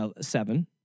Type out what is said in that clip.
seven